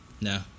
No